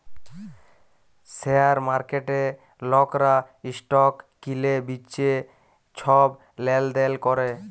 share মার্কেটে লকরা stock কিলে বিঁচে ছব লেলদেল ক্যরে